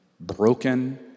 broken